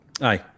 Aye